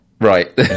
right